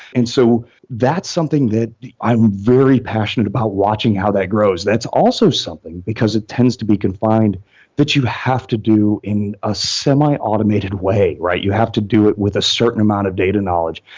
and so that's something that i'm very passionate about watching how that grows. that's also something, because it tends to be confined that you have to do in a semi-automated way. you have to do it with a certain amount of data knowledge,